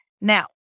Now